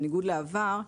בניגוד לעבר,